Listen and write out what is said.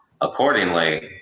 accordingly